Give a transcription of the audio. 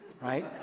Right